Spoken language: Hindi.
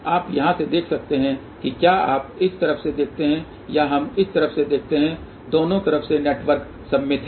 आप यहां से देख सकते हैं कि क्या आप इस तरफ से देखते हैं या हम इस तरफ से देखते हैं दोनों तरफ से नेटवर्क सममित है